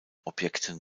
objekten